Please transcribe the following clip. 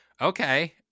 Okay